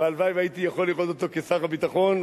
והלוואי שהייתי יכול לראות אותו כשר הביטחון,